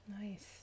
nice